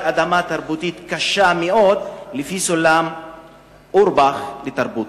אדמה תרבותית קשה מאוד לפי סולם אורבך לתרבות.